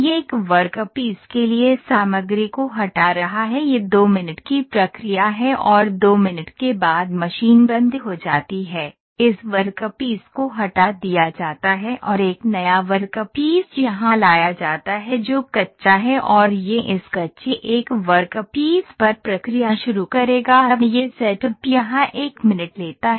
यह एक वर्कपीस के लिए सामग्री को हटा रहा है यह 2 मिनट की प्रक्रिया है और 2 मिनट के बाद मशीन बंद हो जाती है इस वर्कपीस को हटा दिया जाता है और एक नया वर्कपीस यहां लाया जाता है जो कच्चा है और यह इस कच्चे एक वर्कपीस पर प्रक्रिया शुरू करेगा अब यह सेटअप यहां 1 मिनट लेता है